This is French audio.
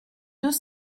deux